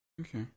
Okay